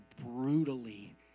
brutally